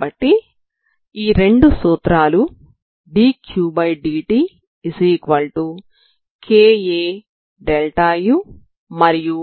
కాబట్టి ఈ రెండు సూత్రాలు dQdtkAu మరియు